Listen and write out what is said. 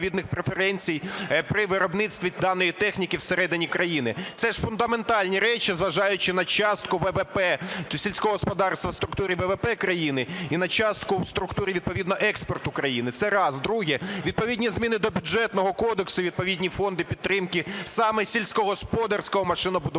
Це ж фундаментальні речі, зважаючи на частку ВВП, сільського господарства у структурі ВВП країни і на частку в структурі відповідно експорту країни. Це раз. Друге. Відповідні зміни до Бюджетного кодексу і відповідні фонди підтримки саме сільськогосподарського машинобудування